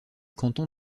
canton